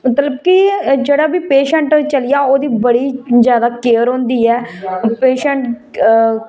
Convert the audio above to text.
मतलब कि जेहड़ा बी पैंशेट चली जाए ओहदी बड़ी ज्यादा केयर होंदी ऐ पेंशेट